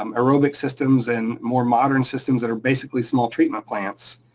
um aerobic systems and more modern systems that are basically small treatment plants,